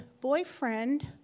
boyfriend